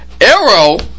Arrow